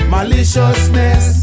Maliciousness